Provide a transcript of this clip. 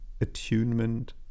attunement